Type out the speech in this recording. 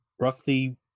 roughly